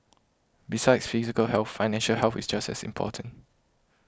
besides physical health financial health is just as important